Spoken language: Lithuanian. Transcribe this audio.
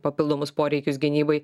papildomus poreikius gynybai